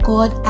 God